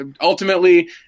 ultimately